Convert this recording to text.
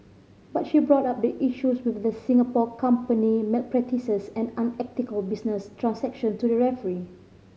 but she brought up the issues with the Singapore company malpractices and unethical business transaction to the referee